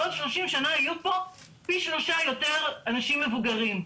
בעוד 30 שנה יהיו פה פי שלושה יותר אנשים מבוגרים,